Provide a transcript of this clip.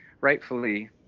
rightfully